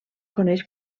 coneix